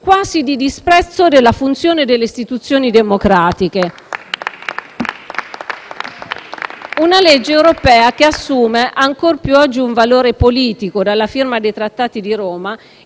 quasi di disprezzo della funzione delle istituzioni democratiche. *(Applausi dal Gruppo PD)*. Una legge europea che assume ancor più oggi un valore politico dalla firma dei Trattati di Roma,